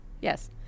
Yes